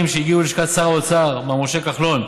שהגיעו ללשכת שר האוצר מר משה כחלון,